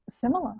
similar